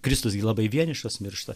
kristus gi labai vienišas miršta